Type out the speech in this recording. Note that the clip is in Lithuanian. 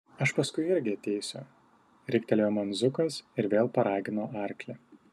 aš paskui irgi ateisiu riktelėjo man zukas ir vėl paragino arklį